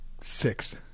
six